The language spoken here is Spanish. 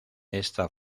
esta